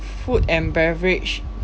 food and beverage